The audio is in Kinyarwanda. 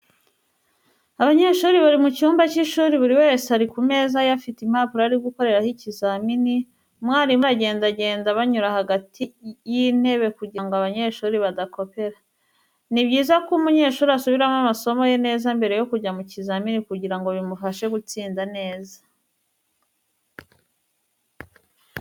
Abanyeshuri bari mu cyumba cy'ishuri buri wese ari ku meza ye afite impapuro ari gukoreraho ikizamini, umwarimu aragendagenda abanyura hagati y'itebe kugira ngo abanyeshuri badakopera. Ni byiza ko umunyeshuri asubiramo amasomo ye neza mbere yo kujya mu kizamini kugira ngo bimufashe gutsinda neza.